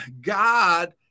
God